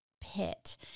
pit